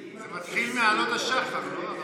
זה מתחיל מעלות השחר, לא?